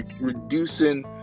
reducing